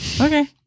Okay